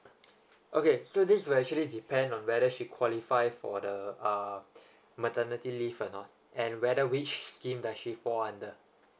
okay so this will actually depends on whether she qualify for the uh maternity leave or not and whether which scheme that she fall under